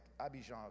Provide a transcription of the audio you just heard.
Abidjan